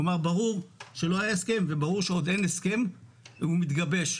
כלומר: ברור שלא היה הסכם וברור שעוד אין הסכם והוא מתגבש,